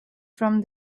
from